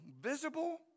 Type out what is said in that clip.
visible